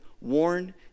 warn